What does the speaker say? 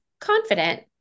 confident